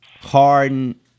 Harden